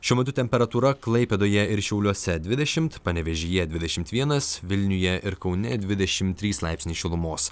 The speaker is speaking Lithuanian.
šiuo metu temperatūra klaipėdoje ir šiauliuose dvidešim panevėžyje dvidešim vienas vilniuje ir kaune dvidešim trys laipsniai šilumos